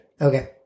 Okay